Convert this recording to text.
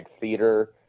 theater